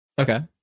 Okay